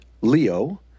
Leo